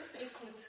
écoute